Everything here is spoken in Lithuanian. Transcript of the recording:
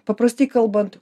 paprastai kalbant